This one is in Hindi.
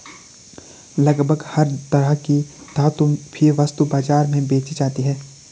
लगभग हर तरह की धातु भी वस्तु बाजार में बेंची जाती है